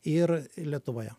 ir lietuvoje